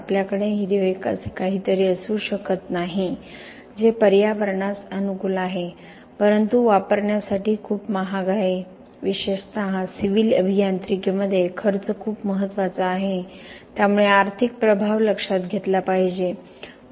आपल्याकडे हिरवे असे काहीतरी असू शकत नाही जे पर्यावरणास अनुकूल आहे परंतु वापरण्यासाठी खूप महाग आहे विशेषत सिव्हिल अभियांत्रिकीमध्ये खर्च खूप महत्त्वाचा आहे त्यामुळे आर्थिक प्रभाव लक्षात घेतला पाहिजे